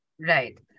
Right